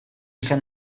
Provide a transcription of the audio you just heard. izan